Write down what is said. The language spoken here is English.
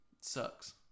sucks